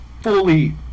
fully